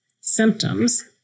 symptoms